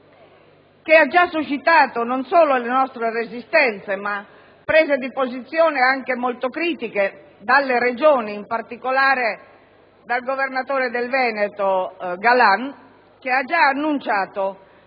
che ha già suscitato non solo le nostre resistenze, ma anche prese di posizione molto critiche da parte delle Regioni. In particolare, il governatore del Veneto Galan ha già annunciato